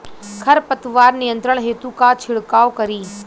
खर पतवार नियंत्रण हेतु का छिड़काव करी?